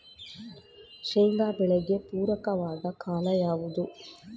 ಶೇಂಗಾ ಬೆಳೆಗೆ ಪೂರಕವಾದ ಕಾಲ ಯಾವುದು?